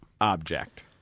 object